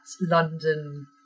London